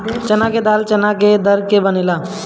चना के दाल चना के दर के बनेला